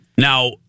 Now